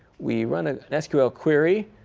we run ah an sql query.